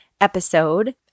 episode